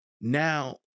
now